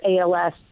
ALS